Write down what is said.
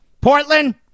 Portland